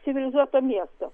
civilizuoto miesto